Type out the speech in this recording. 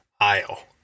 aisle